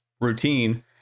routine